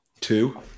Two